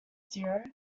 zero